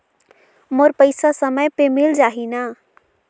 मोर पइसा समय पे मिल जाही न?